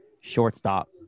shortstop